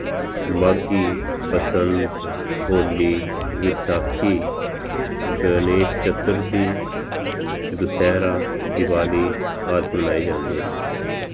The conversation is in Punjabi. ਮਾਘੀ ਬਸੰਤ ਹੋਲੀ ਵਿਸਾਖੀ ਗਣੇਸ਼ ਚਤੁਰਥੀ ਦੁਸਹਿਰਾ ਦਿਵਾਲੀ ਆਦਿ ਮਨਾਏ ਜਾਂਦੇ ਆ